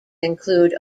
include